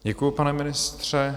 Děkuju, pane ministře.